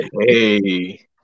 hey